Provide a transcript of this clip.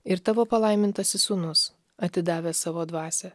ir tavo palaimintasis sūnus atidavęs savo dvasią